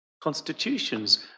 Constitutions